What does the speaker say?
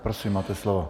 Prosím, máte slovo.